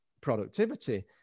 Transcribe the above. productivity